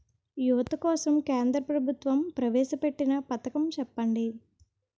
యువత కోసం కేంద్ర ప్రభుత్వం ప్రవేశ పెట్టిన పథకం చెప్పండి?